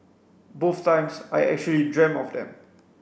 both times I actually dreamed of them